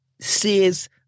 says